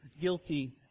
guilty